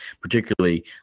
particularly